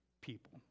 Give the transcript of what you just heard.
people